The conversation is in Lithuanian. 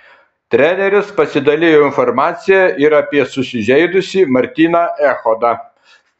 treneris pasidalijo informacija ir apie susižeidusį martyną echodą